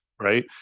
right